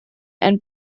and